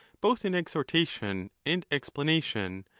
both in exhortation and explanation,